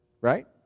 Right